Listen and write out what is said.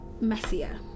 messier